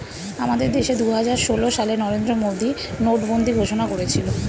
আমাদের দেশে দুহাজার ষোল সালে নরেন্দ্র মোদী নোটবন্দি ঘোষণা করেছিল